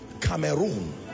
Cameroon